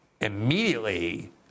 immediately